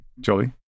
Jolie